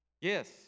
Yes